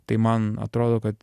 tai man atrodo kad